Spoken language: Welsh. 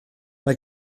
mae